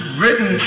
written